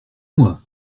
moi